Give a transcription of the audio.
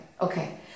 okay